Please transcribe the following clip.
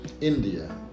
India